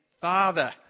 Father